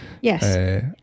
Yes